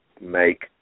make